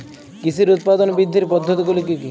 কৃষির উৎপাদন বৃদ্ধির পদ্ধতিগুলি কী কী?